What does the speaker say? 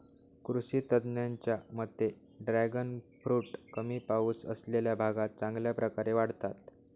कृषी तज्ज्ञांच्या मते ड्रॅगन फ्रूट कमी पाऊस असलेल्या भागात चांगल्या प्रकारे वाढतात